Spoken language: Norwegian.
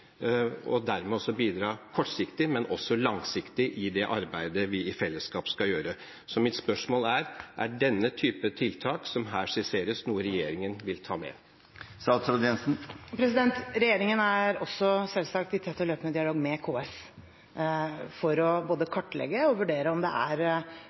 og dermed også bidra kortsiktig, men også langsiktig i det arbeidet vi i fellesskap skal gjøre. Så mitt spørsmål er: Er den typen tiltak som her skisseres, noe regjeringen vil ta med? Regjeringen er selvsagt også i tett og løpende dialog med KS for både å kartlegge og vurdere om det er